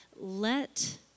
let